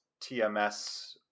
TMS